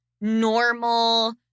normal